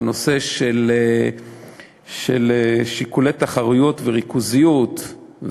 בנושא של שיקולי תחרויות וריכוזיות,